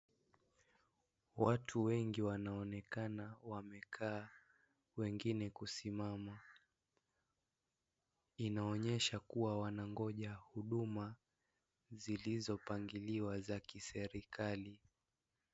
Watu wengi wanaonekana wamekaa, wengine kusimama. Inaonyesha kuwa wanangojea huduma zilizopangiliwa za kiserikali.